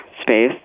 space